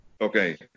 Okay